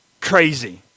crazy